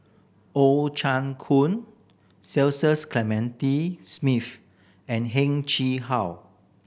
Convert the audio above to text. Oh Chai Hoo Cecil Clementi Smith and Heng Chee How